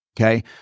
Okay